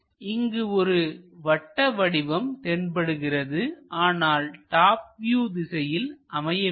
இங்கு ஒரு வட்ட வடிவம் தென்படுகிறது ஆனால் டாப் வியூ திசையில் அமையவில்லை